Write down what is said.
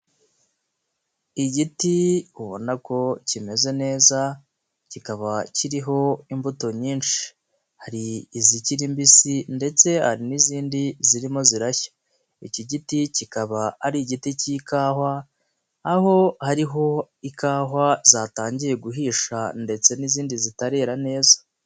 Igiti ubona ko kimeze neza, kikaba kiriho imbuto nyinshi, hari izikiri mbisi ndetse hari n'izindi zirimo zirashya, iki giti kikaba ari igiti cy'ikawa, aho hariho ikawa zatangiye guhisha ndetse n'izindi zitarera neza.